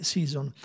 Season